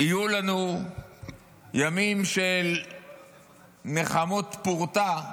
יהיו לנו ימים של נחמות פורתא,